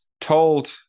told